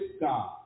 God